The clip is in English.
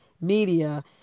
media